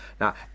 Now